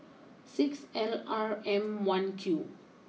six L R M one Q